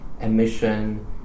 emission